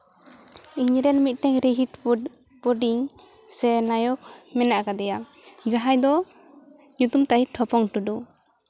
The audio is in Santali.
ᱤᱧᱨᱮᱱ ᱢᱤᱫᱴᱮᱱ ᱨᱤᱦᱤᱴᱯᱳᱨᱴ ᱠᱚᱵᱤ ᱥᱮ ᱱᱟᱭᱚᱠ ᱢᱮᱱᱟᱜ ᱠᱟᱫᱮᱭᱟ ᱡᱟᱦᱟᱸᱭ ᱫᱚ ᱧᱩᱛᱩᱢ ᱛᱟᱭ ᱴᱷᱚᱯᱚᱝ ᱴᱩᱰᱩ